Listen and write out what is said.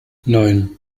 neun